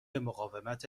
مقاومت